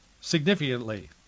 significantly